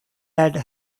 had